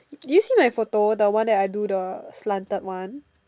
did you see my photo the one that I do the slanted one